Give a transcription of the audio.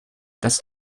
das